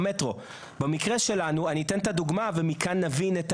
במקרה שלנו אני אתן את הדוגמה ומכאן נבין.